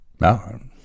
no